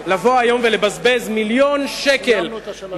לבוא היום ולבזבז מיליון שקל,